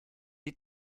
die